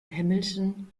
hamilton